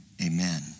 amen